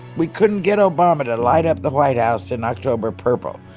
we couldn't get obama to light up the white house in october purple.